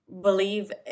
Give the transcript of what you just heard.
believe